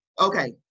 okay